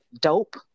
dope